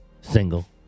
Single